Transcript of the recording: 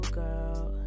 girl